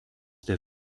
der